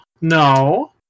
No